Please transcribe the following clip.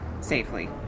safely